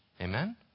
Amen